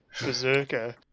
Berserker